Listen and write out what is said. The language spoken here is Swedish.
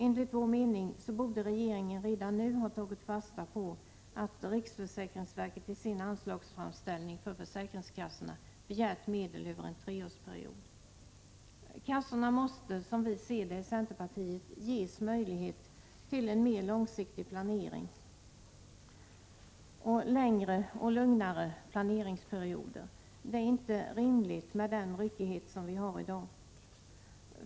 Enligt vår mening borde regeringen redan nu ha tagit fasta på att riksförsäkringsverket i sin anslagsframställning för försäkringskassorna begärt medel över en treårsperiod. Kassorna måste, som vi ser det i centerpartiet, ges möjlighet till en mer långsiktig planering med längre och lugnare planeringsperioder. Det är inte rimligt med den ryckighet som vi har i dag.